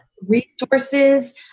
Resources